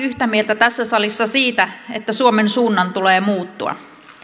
yhtä mieltä tässä salissa siitä että suomen suunnan tulee muuttua